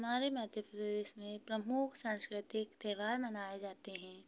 हमारे मध्य प्रदेश में प्रमुख सांस्कृतिक त्यौहार मनाए जाते हैं